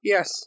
Yes